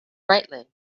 brightly